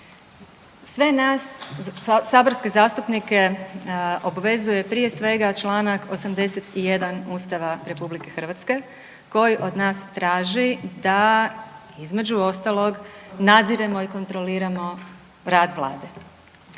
Sve nas saborske zastupnike obvezuje prije svega čl. 81. Ustava RH koji od nas traži da između ostalog nadziremo i kontroliramo rad vlade,